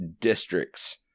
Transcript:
districts